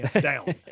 Down